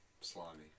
slimy